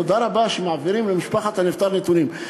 תודה רבה שמעבירים למשפחת הנפטר נתונים,